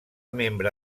membre